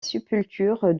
sépulture